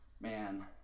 man